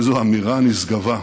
איזו אמירה נשגבה.